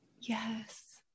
Yes